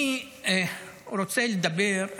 אני רוצה לדבר,